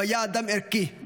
הוא היה אדם ערכי,